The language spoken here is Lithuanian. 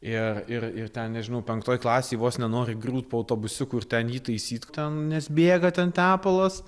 ir ir ir ten nežinau penktoj klasėj vos nenori griūt po autobusiuku ir ten jį taisyt ten nes bėga ten tepalas